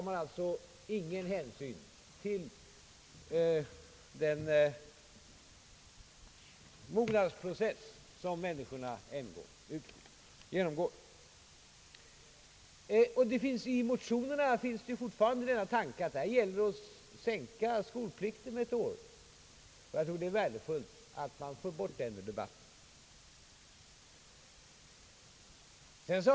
Man tar ingen hänsyn till den mognadsprocess som människorna ändå genomgår. I motionerna finns fortfarande tanken att det gäller att sänka skolplikten med ett år. Jag tror att det är värdefullt att man för bort den föreställningen ur debatten.